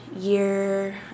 year